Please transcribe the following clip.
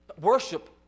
Worship